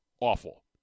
awful